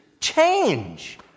change